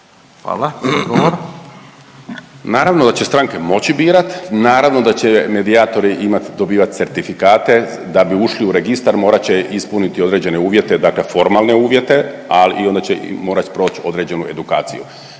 Juro** Naravno da će stranke moći birati, naravno da će medijatori imati, dobivati certifikate, da bi ušli u registar morat će ispuniti određene uvjete, dakle formalne uvjete, ali i onda će morati proći određenu edukaciju.